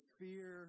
fear